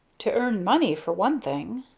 to earn money for one thing.